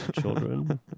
children